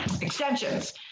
extensions